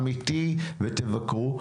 אמיתי ותבקרו,